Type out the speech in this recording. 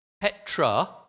Petra